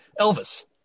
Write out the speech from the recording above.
Elvis